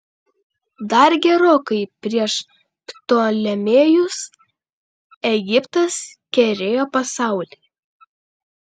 dar gerokai prieš ptolemėjus egiptas kerėjo pasaulį